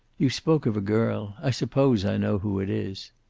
you spoke of a girl. i suppose i know who it is.